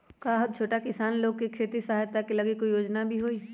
का छोटा किसान लोग के खेती सहायता के लगी कोई योजना भी हई?